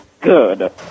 good